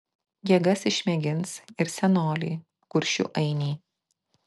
jėgas išmėgins ir senoliai kuršių ainiai